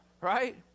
Right